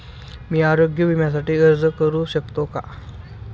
मी आरोग्य विम्यासाठी अर्ज करू शकतो का?